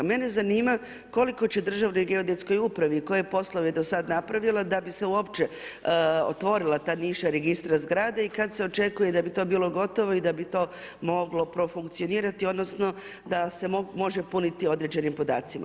Mene zanima koliko će Državnoj geodetskoj upravi, koje je poslove do sad napravila, da bi se uopće otvorila ta niša registra zgrade i kad se očekuje da bi to bilo gotovo i da bi to moglo profunkcionirati, odnosno da se može puniti određenim podacima.